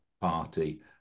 party